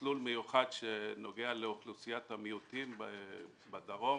מסלול מיוחד שנוגע לאוכלוסיית המיעוטים בדרום